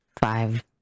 five